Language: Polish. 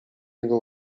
jego